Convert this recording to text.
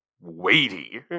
weighty